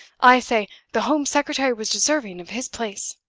i say the home secretary was deserving of his place.